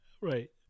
Right